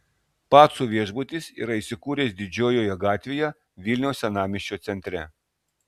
pacų viešbutis yra įsikūręs didžiojoje gatvėje vilniaus senamiesčio centre